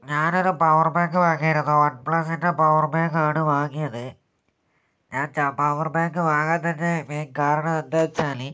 ഞാനൊരു പവർബാങ്ക് വാങ്ങിയിരുന്നു വൺ പ്ലസ്സിൻ്റെ പവർബാങ്കാണ് വാങ്ങിയത് ഞാൻ പവർബാങ്ക് വാങ്ങാൻ തന്നെ മെയിൻ കാരണം എന്താ വച്ചാൽ